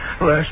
last